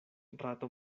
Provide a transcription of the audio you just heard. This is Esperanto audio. rato